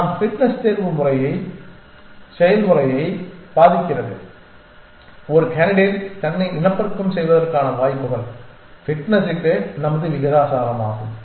நம் ஃபிட்னஸ் தேர்வு செயல்முறையை பாதிக்கிறது ஒரு கேண்டிடேட் தன்னை இனப்பெருக்கம் செய்வதற்கான வாய்ப்புகள் ஃபிட்னஸுக்கு நமது விகிதாசாரமாகும்